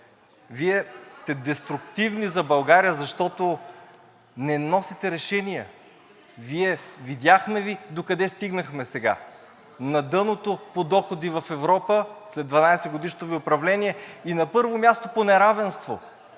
Вие сте деструктивни за България, защото не носите решения. Видяхме Ви докъде стигнахме сега – на дъното по доходи в Европа след 12-годишното Ви управление и на първо място по неравенство.